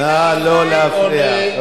אם יש ממשלות, רבותי, נא לא להפריע.